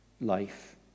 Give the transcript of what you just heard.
life